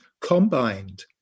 combined